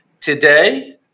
Today